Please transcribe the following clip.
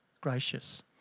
gracious